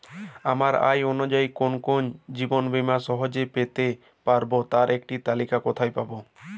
আমার আয় অনুযায়ী কোন কোন জীবন বীমা সহজে পেতে পারব তার একটি তালিকা কোথায় পাবো?